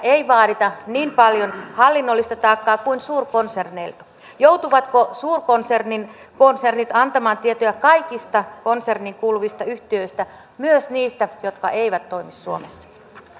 ei vaadita niin paljon hallinnollista taakkaa kuin suurkonserneilta joutuvatko suurkonsernit antamaan tietoja kaikista konserniin kuuluvista yhtiöistä myös niistä jotka eivät toimi suomessa